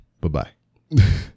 Bye-bye